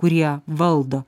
kurie valdo